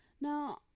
Now